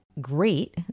great